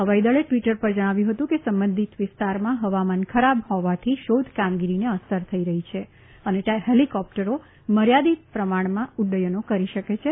ફવાઈ દળે ટ્વીટર ઉપર જણાવ્યું ફતું કે સંબંધીત વિસ્તારમાં ફવામાન ખરાબ ફોવાથી શોધ કામગીરીને અસર થઈ રફી છે અને ફેલીકોપ્ટરો મર્યાદીત પ્રમાણમાં ઉડ્ડયનો કરી શકે છે